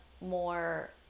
more